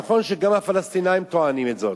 נכון שגם הפלסטינים טוענים את זאת,